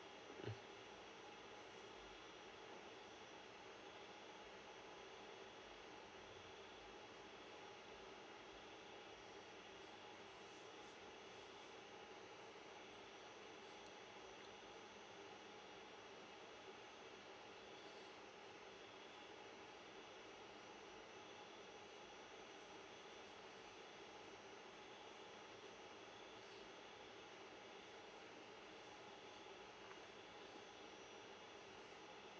mm